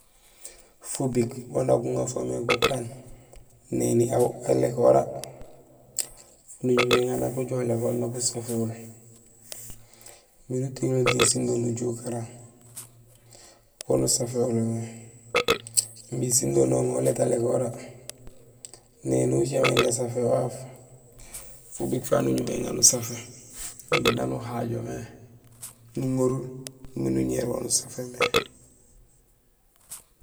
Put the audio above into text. Fubik wa nak guŋa fo mé gukaan; nébi aw alékora wala, fo nuñumé éŋa nak ujoow lékool nak usaféhul imbi nutiŋulotiiŋ sundo nuju ukarang waan usaféhulo mé. Imbi sindo nooma uléét alékora, néni ucaméén gasafé waaf, fubik fafu nuñumé éŋa nusafé imbi naan uhajomé nuŋorul miin uñéér waan usafémé.